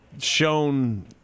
shown